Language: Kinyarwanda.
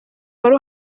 wari